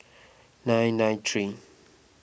nine nine three